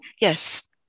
yes